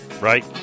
right